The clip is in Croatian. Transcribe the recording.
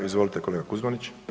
Izvolite kolega Kuzmanić.